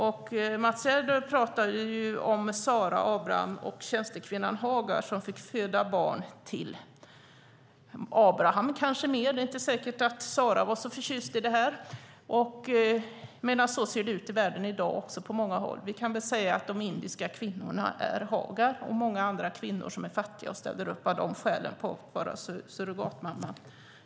Mats Gerdau pratade om Sara, Abraham och tjänstekvinnan Hagar, som fick föda barn till Abraham kanske mest - det är inte säkert att Sara var så förtjust i det. Så ser det ut i världen i dag på många håll. Vi kan väl säga att de indiska kvinnorna - och många andra kvinnor som är fattiga och ställer upp som surrogatmamma av de skälen - är Hagar.